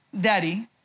Daddy